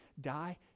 die